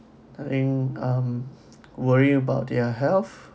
and um worry about their health